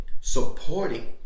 supporting